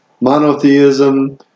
monotheism